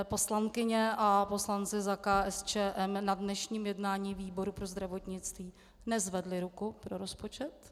Poslankyně a poslanci za KSČM na dnešním jednání výboru pro zdravotnictví nezvedli ruku pro rozpočet.